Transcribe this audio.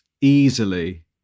easily